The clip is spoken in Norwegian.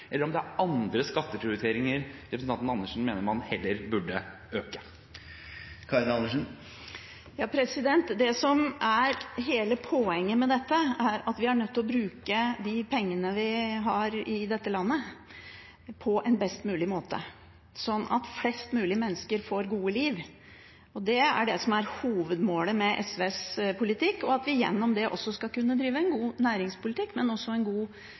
eller om det er andre skatter representanten Andersen mener man heller burde øke. Det som er hele poenget med dette, er at vi er nødt til å bruke de pengene vi har i dette landet på en best mulig måte, sånn at flest mulig mennesker får et godt liv. Det er det som er hovedmålet med SVs politikk, og at vi gjennom det også skal kunne drive en god næringspolitikk og en god